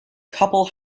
couple